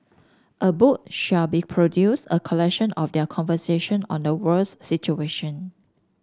a book shall be produced a collection of their conversation on the world's situation